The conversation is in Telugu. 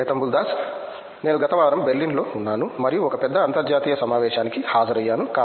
శేతంబుల్ దాస్ నేను గత వారం బెర్లిన్లో ఉన్నాను మరియు ఒక పెద్ద అంతర్జాతీయ సమావేశానికి హాజరయ్యాను